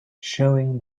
showing